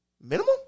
Minimum